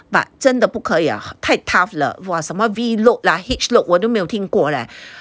but 真的不可以 liao 太 tough 了 !wah! 什么 V look lah H look 我都没有听过 leh